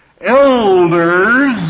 Elders